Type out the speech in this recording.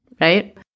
right